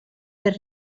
per